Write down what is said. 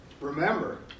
Remember